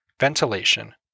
ventilation